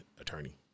attorney